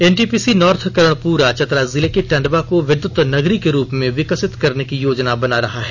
NTPC north Karanpura Chatra जिले के टंडवा को विद्युत नगरी के रूप में विकसित करने की योजना बना रही है